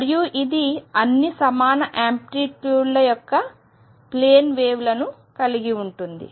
మరియు ఇది అన్ని సమాన ఆంప్లిట్యూడ్ల యొక్క ప్లేన్ వేవ్లను కలిగి ఉంటుంది